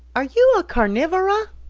are you a carnivora?